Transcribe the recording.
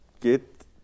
get